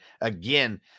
again